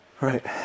Right